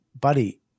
buddy